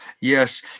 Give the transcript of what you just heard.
Yes